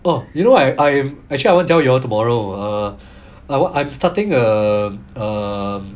oh you know I I actually I want ot tell you all tomorrow uh I I'm I'm starting a err